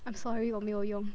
I'm sorry 我没有用